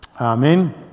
Amen